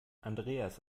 andreas